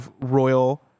Royal